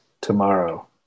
tomorrow